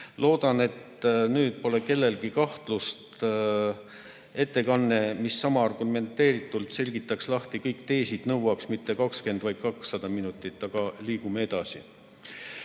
Loodan, et nüüd pole kellelgi kahtlust, et ettekanne, mis sama argumenteeritult selgitaks lahti kõik teesid, nõuaks mitte 20, vaid 200 minutit. Aga liigume edasi.